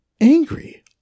angry